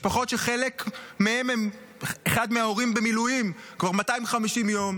משפחות שבחלק מהן אחד מההורים במילואים כבר 250 יום,